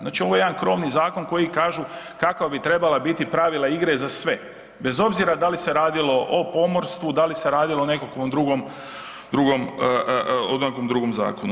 Znači ovo je jedan krovni zakon koji kažu kakva bi trebala biti pravila igre za sve, bez obzira da li se radilo o pomorstvu, da li se radilo o nekakvom drugom, o nekakvom drugom zakonu.